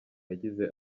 yagize